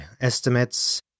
estimates